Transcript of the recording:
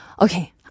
Okay